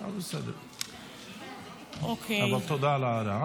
תודה על ההערה,